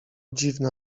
dziwne